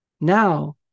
Now